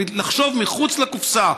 לחשוב מחוץ לקופסה.